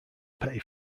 pay